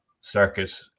circuit